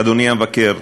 אדוני המבקר,